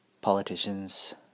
politicians